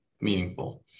meaningful